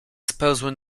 spełzły